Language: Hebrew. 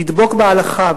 לדבוק בהלכה,